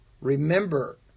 Remember